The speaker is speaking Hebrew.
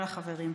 תודה לחברים.